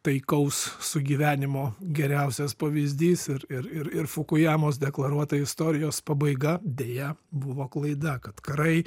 taikaus sugyvenimo geriausias pavyzdys ir ir ir ir fukujamos deklaruota istorijos pabaiga deja buvo klaida kad karai